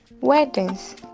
weddings